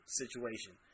situation